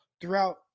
throughout